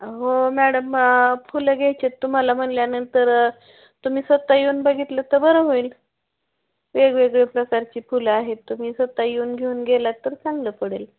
हो मॅडम फुलं घ्यायचे आहेत तुम्हाला म्हटल्यानंतर तुम्ही स्वत येऊन बघितलं तर बरं होईल वेगवेगळे प्रकारची फुलं आहेत तुम्ही स्वत येऊन घेऊन गेला तर चांगलं पडेल